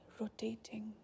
rotating